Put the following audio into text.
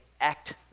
act